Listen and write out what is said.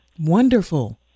wonderful